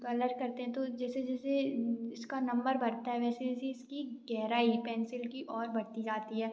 colour करते हैं तो जैसे जैसे इसका नंबर बढ़ता है वैसे वैसे इसकी गहराई पेंसिल की और बढ़ती जाती है